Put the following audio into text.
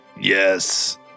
yes